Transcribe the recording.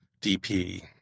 DP